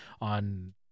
on